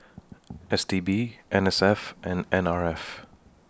S T B N S F and N R F